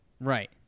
right